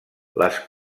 les